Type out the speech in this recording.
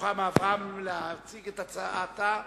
רוחמה אברהם להציג את הצעתה לסדר-היום.